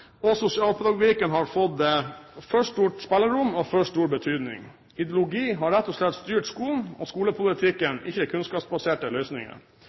og sosialpedagogikken har fått for stort spillerom og for stor betydning. Ideologi har rett og slett styrt skolen og skolepolitikken, ikke kunnskapsbaserte løsninger.